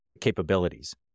capabilities